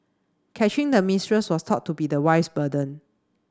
catching the mistress was thought to be the wife's burden